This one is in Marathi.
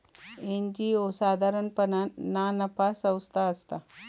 एन.जी.ओ साधारणपणान ना नफा संस्था असता